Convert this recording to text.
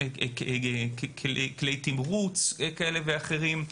כלי תמרוץ כאלה ואחרים.